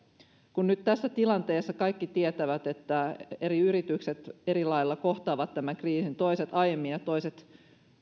kun nyt tässä tilanteessa kaikki tietävät että eri yritykset eri lailla kohtaavat tämän kriisin toiset aiemmin ja toiset